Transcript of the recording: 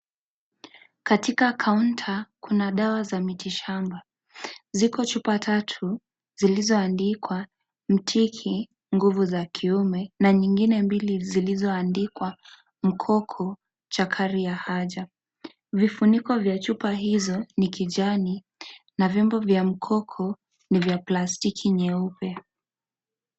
Katika counter kuna dawa za mitishamba, ziko chupa tatu zilizo andikwa Mtiki nguvu za kiume na nyingine mbili zilizoandikwa Mkoko chakari ya haja vifuniko vya chupa hizo ni kijani na vyombo vya mkoko ni vya plastiki nyeupe.